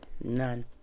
None